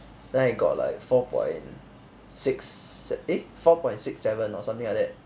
then I got like four point six eh four point six seven or something like that